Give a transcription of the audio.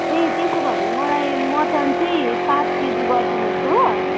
ए त्यसो भने मलाई मटन चाहिँ पाँच केजी गरिदिनुहोस् हो